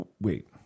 wait